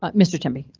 ah mr temby.